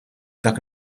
dak